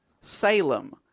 Salem